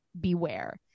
Beware